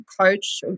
coach